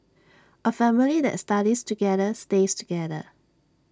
A family that studies together stays together